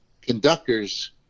conductors